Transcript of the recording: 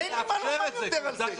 אין לי מה לומר יותר על זה.